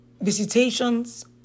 visitations